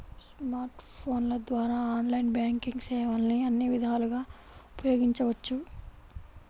smart ఫోన్ల ద్వారా online banking సేవల్ని అన్ని విధాలుగా ఉపయోగించవచ్చు